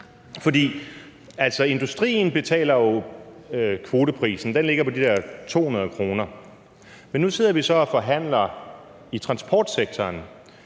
Industrien betaler jo kvoteprisen, og den ligger på de der 200 kr., men nu sidder vi så og forhandler på transportsektorens